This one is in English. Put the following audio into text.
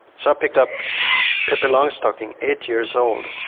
so i picked up pippi longstocking, eight years old.